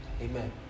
Amen